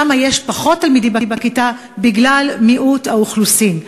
שם יש פחות תלמידים בכיתה בגלל מיעוט האוכלוסין.